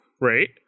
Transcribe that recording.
right